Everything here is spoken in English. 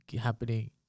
happening